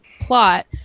plot